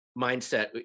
mindset